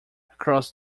across